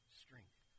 strength